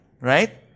Right